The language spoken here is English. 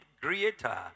greater